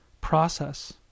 process